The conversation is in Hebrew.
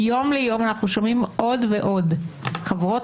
מיום ליום אנחנו שומעים עוד ועוד חברות